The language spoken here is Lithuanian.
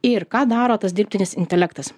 ir ką daro tas dirbtinis intelektas